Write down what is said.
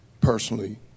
personally